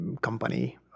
company